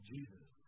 Jesus